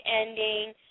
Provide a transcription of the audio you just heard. ending